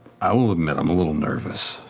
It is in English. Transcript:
i will admit, i'm a little nervous.